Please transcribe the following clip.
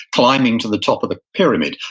climbing to the top of the pyramid.